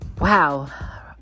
Wow